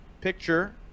picture